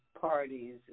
parties